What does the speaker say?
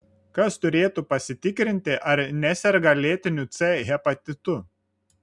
kas turėtų pasitikrinti ar neserga lėtiniu c hepatitu